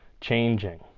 changing